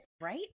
right